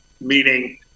meaning